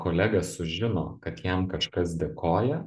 kolega sužino kad jam kažkas dėkoja